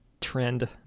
trend